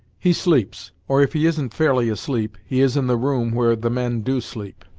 he sleeps, or if he isn't fairly asleep, he is in the room where the men do sleep,